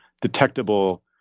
detectable